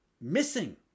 missing